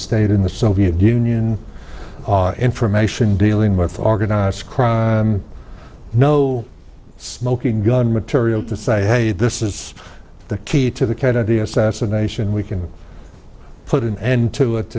stayed in the soviet union our information dealing with organized crime no smoking gun material to say hey this is the key to the kennedy assassination we can put an end to it